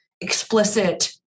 explicit